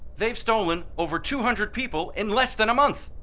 they've stolen over two hundred people in less than a month.